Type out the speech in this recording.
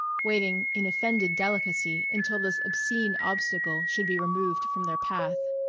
waiting in offended delicacy until this obscene obstacle should be removed from their path.